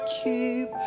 keep